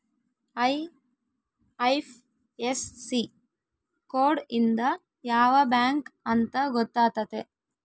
IFSC code ಇಂದ ಯಾವ bank ಅಂತ ಗೊತ್ತಾತತೆ